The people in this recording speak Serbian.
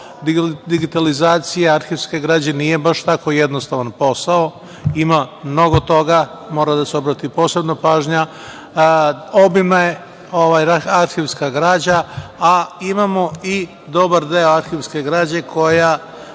digitalizacija arhivske građe nije baš tako jednostavan posao. Ima mnogo toga. Mora da se obrati posebno pažnja. Obimna je arhivska građa, a imamo i dobar deo arhivske građe koja